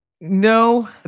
No